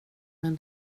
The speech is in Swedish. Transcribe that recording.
men